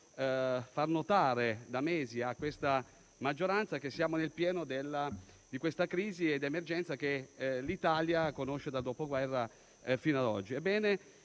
far notare da mesi a questa maggioranza che siamo nel pieno della peggiore emergenza che l'Italia conosca dal Dopoguerra ad oggi.